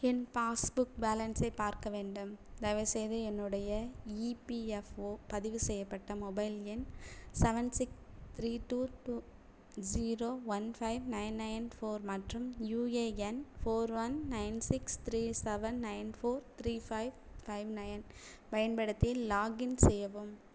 என் passbook பேலன்ஸை பார்க்க வேண்டும் தயவுசெய்து என்னுடைய இபிஎஃப்ஓ பதிவு செய்யப்பட்ட மொபைல் எண் seven six three two two zero one five nine nine four மற்றும் UAN four one nine six three seven nine four three five five nine பயன்படுத்தி லாக்இன் செய்யவும்